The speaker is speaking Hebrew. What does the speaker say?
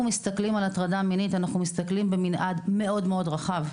מסתכלים על הטרדה מינית אנחנו מסתכלים במנעד מאוד רחב.